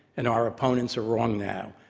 and our opponents are wrong now.